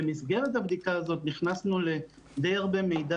במסגרת הבדיקה הזו נכנסנו לדי הרבה מידע